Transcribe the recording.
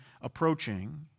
approaching